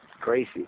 crazy